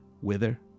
wither